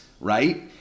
right